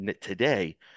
today